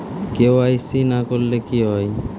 KYC না করলে কি হয়?